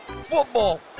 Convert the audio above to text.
football